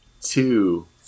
Two